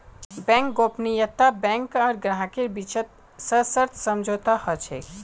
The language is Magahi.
बैंक गोपनीयता बैंक आर ग्राहकेर बीचत सशर्त समझौता ह छेक